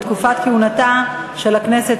בתחומי השמירה והניקיון בגופים ציבוריים,